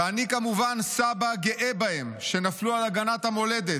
ואני כמובן סבא גאה בהם, שנפלו על הגנת המולדת.